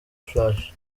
flash